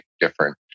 different